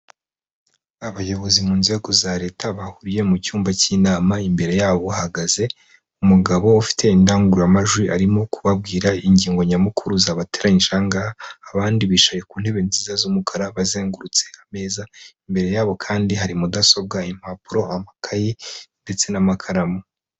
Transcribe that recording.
Abayobozi mu nzego za leta, bahuriye mu cyumba cy'inama, imbere yabo hahagaze umugabo ufite indangururamajwi, arimo kubabwira ingingo nyamukuru zabateranirije aha ngaha, abandi bicaye ku ntebe nziza z'umukara bazengurutse ameza, imbere yabo kandi hari mudasobwa, impapuro, amakayi, ndetse n'amakaramu.